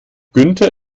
günther